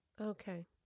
Okay